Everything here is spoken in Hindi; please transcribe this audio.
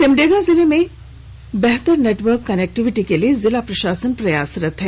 सिमडेगा जिले में बेहतर नेटवर्क कनेक्टिविटी के लिए जिला प्रशासन प्रयासरत है